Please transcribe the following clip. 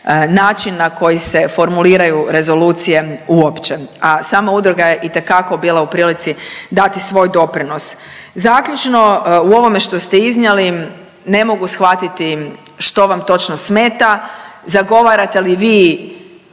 način na koji se formuliraju rezolucije uopće, a sama udruga je itekako bila u prilici dati svoj doprinos. Zaključno, u ovome što ste iznijeli ne mogu shvatiti što vam točno smeta, zagovarate li vi